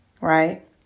Right